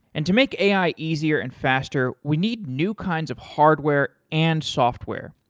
and to make ai easier and faster, we need new kinds of hardware and software,